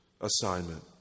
assignment